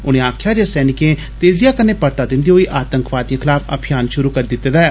उनें आक्खेआ जे सैनिक तेजिया कन्नै परता दिन्दे होई आतंकवादियें दे खलाफ अभियान षुरू करी दिते दा ऐ